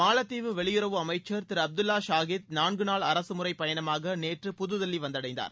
மாலத்தீவு வெளியுறவுத்துறை அமைச்சா் திரு அப்துல்லா ஷாகித் நான்கு நாள் அரகமுறைப் பயணமாக நேற்று புதுதில்லி வந்தடைந்தார்